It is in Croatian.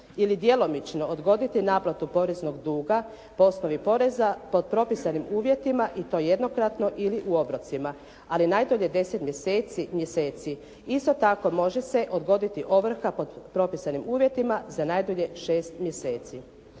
ili djelomično odgoditi naplatu poreznog duga po osnovi poreza pod propisanim uvjetima i to jednokratno ili u obrocima ali najbolje 10 mjeseci. Isto tako, može se odgoditi ovrha pod propisanim uvjetima za najdublje šest mjeseci.